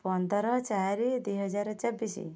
ପନ୍ଦର ଚାରି ଦୁଇ ହଜାର ଚବିଶି